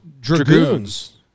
Dragoons